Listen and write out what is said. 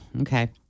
Okay